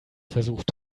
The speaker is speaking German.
versucht